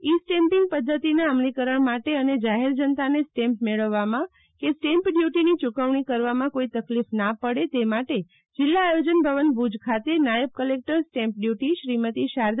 ઈ stamping પધ્ધતિના અમલીકરણ માટે અને જાહેર જનતાને સ્ટેમ્પ મેળવવામાં કે સ્ટેમ્પ ડ્યુટીની યુકવણી કરવામાં કોઈ તકલીફ ના પડે તે માટે જિલ્લા આયોજન ભવન ભુજ ખાતે નાયબ collector stamp duty Shrimati S